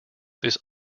this